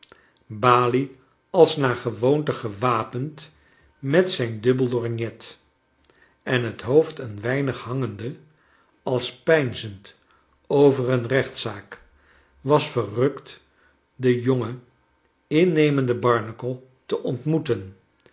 balie als naar gewoonte gewapend met zijn dubbel lorgnet en het hoofd een weinig hangende als peinzend over een rechtszaak was verrukt den jongen innemenden barnacle te ontmoeten